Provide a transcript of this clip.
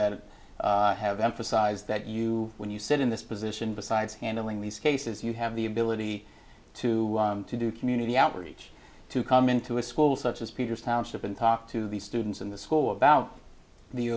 that have emphasized that you when you sit in this position besides handling these cases you have the ability to to do community outreach to come into a school such as peter's township and talk to the students in the school about the